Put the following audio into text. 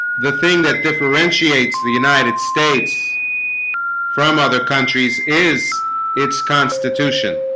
the thing that differentiates the united states from other countries is its constitution.